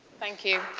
thank you.